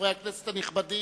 חברי הכנסת הנכבדים.